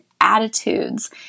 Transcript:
attitudes